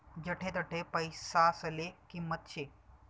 जठे तठे पैसासले किंमत शे